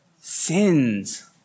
sins